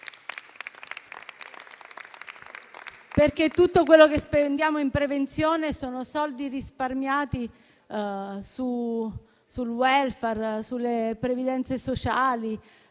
perché le risorse che spendiamo in prevenzione sono soldi risparmiati su *welfare,* sulla previdenza sociale,